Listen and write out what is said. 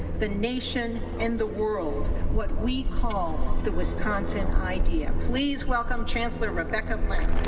the nation and the world what we call the wisconsin idea. please welcome chancellor rebecca blank.